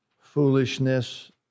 foolishness